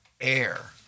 air